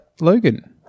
Logan